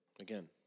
again